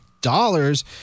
dollars